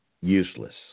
useless